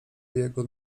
jego